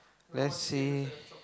lets say